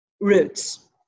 roots